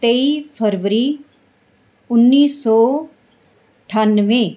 ਤੇਈ ਫਰਵਰੀ ਉੱਨੀ ਸੌ ਅਠਾਨਵੇਂ